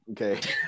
okay